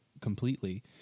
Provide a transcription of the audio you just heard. completely